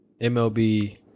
MLB